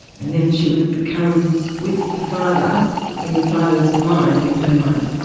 and then she would become with the father in the father's mind, in her mind,